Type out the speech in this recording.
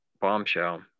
bombshell